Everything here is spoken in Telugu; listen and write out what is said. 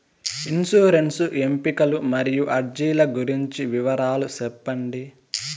ఇన్సూరెన్సు ఎంపికలు మరియు అర్జీల గురించి వివరాలు సెప్పండి